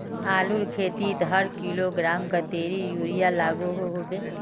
आलूर खेतीत हर किलोग्राम कतेरी यूरिया लागोहो होबे?